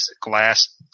glass